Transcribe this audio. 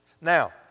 Now